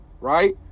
right